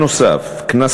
נוסף על כך,